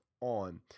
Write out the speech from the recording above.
on